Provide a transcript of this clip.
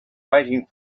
waiting